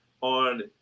on